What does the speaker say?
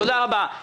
תודה רבה.